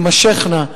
תימשכנה,